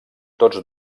tots